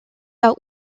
out